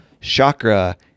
chakra